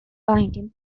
binding